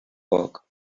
poc